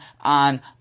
on